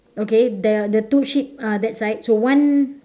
okay the the two sheep uh that side so one